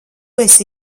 esi